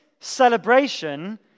celebration